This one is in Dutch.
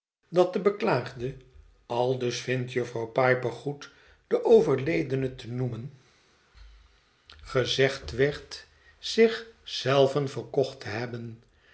dat de beklaagde aldus vindt jufvrouw piper goed den overledene te noemen gezegd werd zich zelven verkocht te hebben